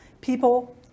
people